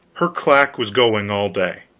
her clack was going all day,